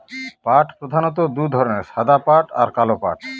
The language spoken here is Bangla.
পাট প্রধানত দু ধরনের সাদা পাট আর কালো পাট